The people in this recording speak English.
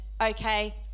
Okay